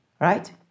Right